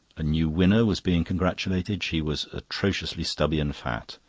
a new winner was being congratulated. she was atrociously stubby and fat.